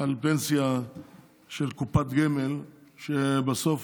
על פנסיה של קופת גמל שבסוף